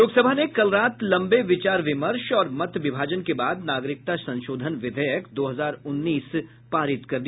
लोकसभा ने कल रात लम्बे विचार विमर्श और मत विभाजन के बाद नागरिकता संशोधन विधेयक दो हजार उन्नीस पारित कर दिया